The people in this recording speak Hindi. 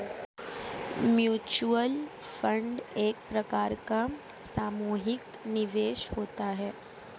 म्यूचुअल फंड एक प्रकार का सामुहिक निवेश होता है